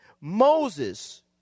Moses